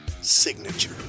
signature